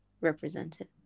represented